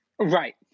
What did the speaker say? right